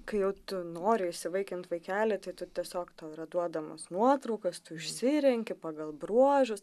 kai jau tu nori įsivaikint vaikelį tai tu tiesiog tau yra duodamos nuotraukos tu išsirenki pagal bruožus